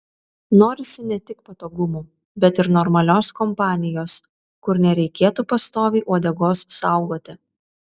norisi ne tik patogumų bet ir normalios kompanijos kur nereikėtų pastoviai uodegos saugoti